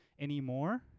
anymore